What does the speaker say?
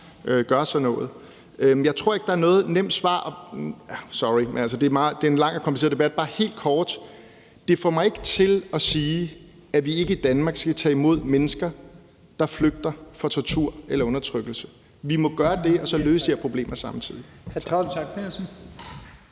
gør sådan noget. Jeg tror ikke, der er noget nemt svar. Sorry, men det er en lang og kompliceret debat. Bare helt kort får det mig ikke til at sige, at vi i Danmark ikke skal tage imod mennesker, der flygter fra tortur eller undertrykkelse. Vi må gøre det og så løse de her problemer samtidig.